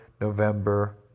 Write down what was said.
November